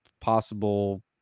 possible